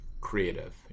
creative